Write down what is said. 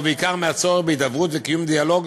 ובעיקר מהצורך בהידברות ובקיום דיאלוג